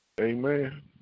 Amen